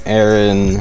Aaron